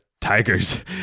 Tigers